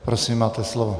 Prosím, máte slovo.